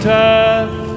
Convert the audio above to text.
death